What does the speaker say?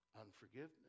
Unforgiveness